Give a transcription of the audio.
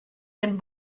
dem